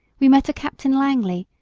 we met a captain langley,